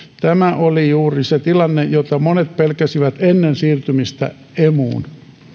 tämä oli juuri se tilanne jota monet pelkäsivät ennen siirtymistä emuun